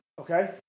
Okay